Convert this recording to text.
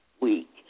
week